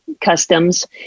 customs